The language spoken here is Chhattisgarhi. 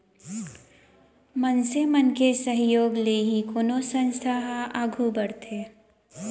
मनसे मन के सहयोग ले ही कोनो संस्था ह आघू बड़थे